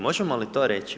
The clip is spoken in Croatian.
Možemo li to reći?